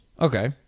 Okay